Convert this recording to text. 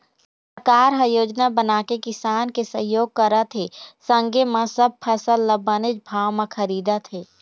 सरकार ह योजना बनाके किसान के सहयोग करत हे संगे म सब फसल ल बनेच भाव म खरीदत हे